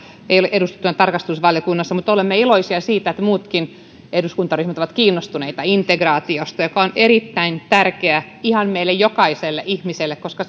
ei ole edustettuna tarkastusvaliokunnassa mutta olemme iloisia siitä että muutkin eduskuntaryhmät ovat kiinnostuneita integraatiosta joka on erittäin tärkeää ihan meille jokaiselle ihmiselle koska